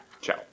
Ciao